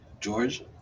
George